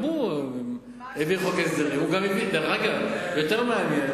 גם הוא העביר חוק הסדרים, דרך אגב, יותר מעניין.